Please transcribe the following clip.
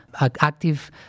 active